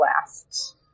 last